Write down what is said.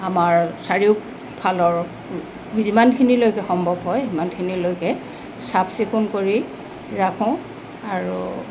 আমাৰ চাৰিওফালৰ যিমানখিনিলৈকে সম্ভৱ হয় সিমানখিনিলৈকে চাফ চিকুণ কৰি ৰাখো আৰু